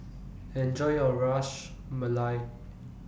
Enjoy your Ras Malai